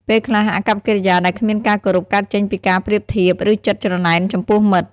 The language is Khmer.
ពេលខ្លះ អាកប្បកិរិយាដែលគ្មានការគោរពកើតចេញពីការប្រៀបធៀប ឬចិត្តច្រណែនចំពោះមិត្ត។